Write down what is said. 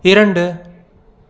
இரண்டு